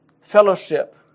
fellowship